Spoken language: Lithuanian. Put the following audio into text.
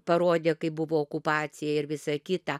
parodė kai buvo okupacija ir visą kitą